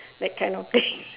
that kind of thing